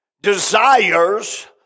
desires